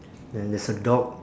then there's a dog